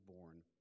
born